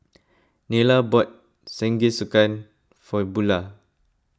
Nila bought Jingisukan for Bula